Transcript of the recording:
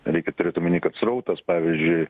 reikia turėt omeny kad srautas pavyzdžiui